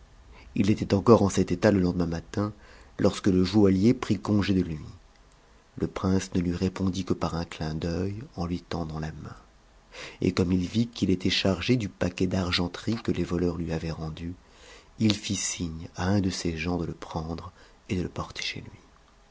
ïi était encore en cet état e lendemain matin lorsque le joaillier prit congé de lui le prince ne lui répondit que par un clin d'œit eh lui tendant la main et comme il vit qu'il était chargé du paquet d'argenterie que les voleurs lui avaient rendue il fit signe à un de ses gens de e prendre et de le porter chez lui